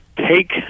Take